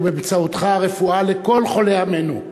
ובאמצעותך רפואה לכל חולי עמנו.